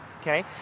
Okay